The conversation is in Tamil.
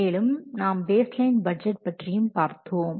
மேலும் நாம் பேஸ் லைன் பட்ஜெட் பற்றியும் பார்த்தோம்